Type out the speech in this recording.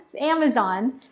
Amazon